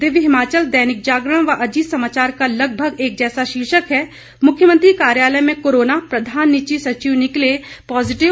दिव्य हिमाचल दैनिक जागरण व अजीत समाचार का लगभग एक जैसा शीर्षक है मुख्यमंत्री कार्यालय में कोरोना प्रधान निजी सचिव निकले पॉजिटिव